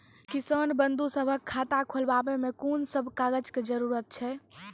किसान बंधु सभहक खाता खोलाबै मे कून सभ कागजक जरूरत छै?